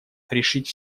решить